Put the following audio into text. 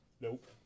Nope